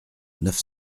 neuf